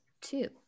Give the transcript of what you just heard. two